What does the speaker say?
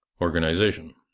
organization